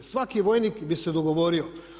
Svaki vojnik bi se dogovorio.